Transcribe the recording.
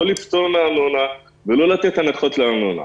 לא לפטור מארנונה ולא לתת הנחות בארנונה,